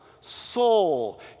soul